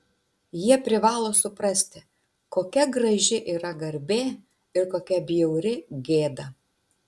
jie privalo suprasti kokia graži yra garbė ir kokia bjauri gėda